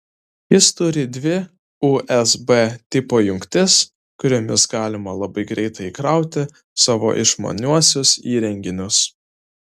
jis turi dvi usb tipo jungtis kuriomis galima labai greitai įkrauti savo išmaniuosius įrenginius